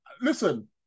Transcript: Listen